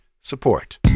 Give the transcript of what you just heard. support